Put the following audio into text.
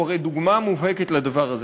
הוא הרי דוגמה מובהקת לדבר הזה,